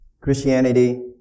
Christianity